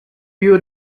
you